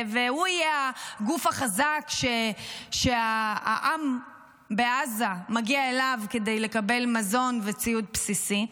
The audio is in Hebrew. והוא יהיה הגוף החזק שהעם בעזה מגיע אליו כדי לקבל מזון וציוד בסיסי,